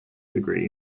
degree